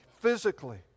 physically